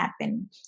happen